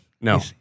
No